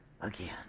again